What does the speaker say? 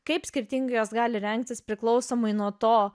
kaip skirtingai jos gali rengtis priklausomai nuo to